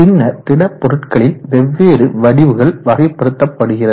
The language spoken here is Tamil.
பின்னர் திடப்பொருட்களின் வெவ்வேறு வடிவுகள் வகைப்படுத்தப்படுகிறது